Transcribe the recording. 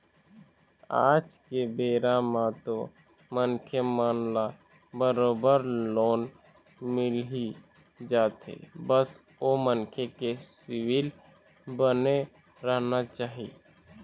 आज के बेरा म तो मनखे मन ल बरोबर लोन मिलही जाथे बस ओ मनखे के सिविल बने रहना चाही